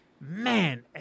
Man